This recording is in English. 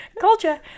Culture